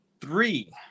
three